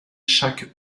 chaque